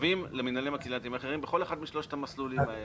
שווים למינהלים הקהילתיים האחרים בכל אחד משלושת המסלולים האלה.